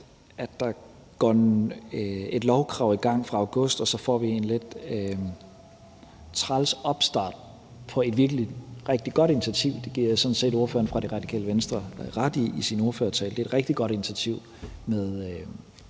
at der går et lovkrav i gang fra august, og så får vi en lidt træls opstart på et virkelig rigtig godt initiativ. Jeg giver sådan set ordføreren fra Radikale Venstre ret, når hun siger i sin ordførertale, at det er et rigtig godt initiativ,